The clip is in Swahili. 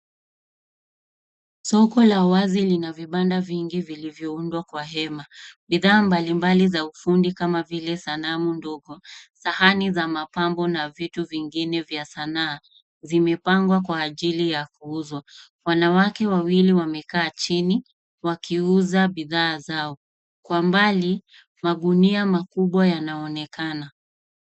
Soko la wazi lina vibanda vingi vilivyoundwa kwa hema. Bidhaa mbalimbali sanaa za ufundi kama vile sanamu ndogo, sahani za mapambo na vitu vingine vya sanaa vimepangwa kwa ajili ya kuuzwa. Wanawake wawili wamekaa chini wakiuza bidhaa zao. Kwa umbali, magunia makubwa yanaonekana.